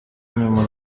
nyuma